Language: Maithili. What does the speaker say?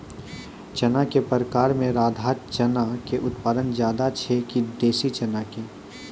चना के प्रकार मे राधा चना के उत्पादन ज्यादा छै कि देसी चना के?